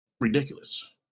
ridiculous